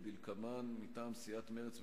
כדלקמן: מטעם סיעת מרצ,